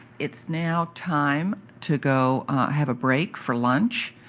it's now time to go have a break for lunch,